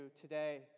today